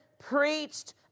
preached